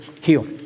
Heal